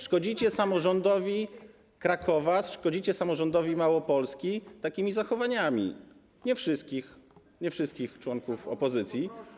Szkodzicie samorządowi Krakowa, szkodzicie samorządowi Małopolski takimi zachowaniami nie wszystkich członków opozycji.